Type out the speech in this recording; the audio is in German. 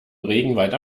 regenwald